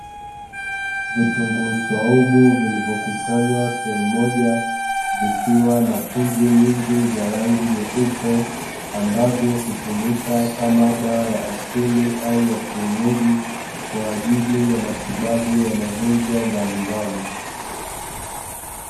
Vitunguu swaumu vilivyokusanywa sehemu moja vikiwa na punje nyingi za rangi nyeupe ambavyo hutumika kama dawa ya asili au ya kienyeji kwa ajili ya matibabu ya magonjwa mbalimbali.